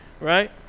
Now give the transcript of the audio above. right